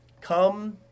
come